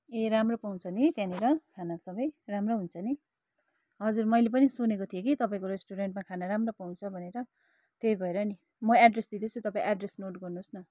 ए राम्रो पाउँछ नि त्यहाँनिर खाना सबै राम्रो हुन्छ नि हजुर मैले पनि सुनेको थिएँ कि तपाईँको रेस्टुरेन्टमा खाना राम्रो पाउँछ भनेर त्यही भएर नि म एड्रेस दिँदैछु तपाईँ एड्रेस नोट गर्नुहोस् न